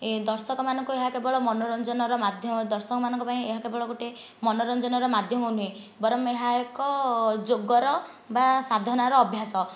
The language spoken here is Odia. ଏ ଦର୍ଶକ ମାନଙ୍କୁ ଏହା କେବଳ ମନୋରଞ୍ଜନର ମାଧ୍ୟମ ଦର୍ଶକ ମାନଙ୍କ ପାଇଁ ଏହା କେବଳ ଗୋଟେ ମନୋରଞ୍ଜନର ମାଧ୍ୟମ ନୁହେଁ ବରଂ ଏହା ଏକ ଯୋଗର ବା ସାଧନାର ଅଭ୍ୟାସ